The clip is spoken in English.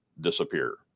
disappear